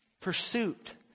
Pursuit